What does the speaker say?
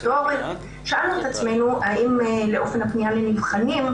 שאלנו את עצמנו האם לאופן הפנייה לנבחנים,